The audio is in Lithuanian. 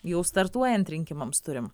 jau startuojant rinkimams turim